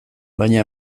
baina